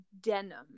denim